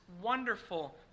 wonderful